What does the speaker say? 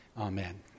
Amen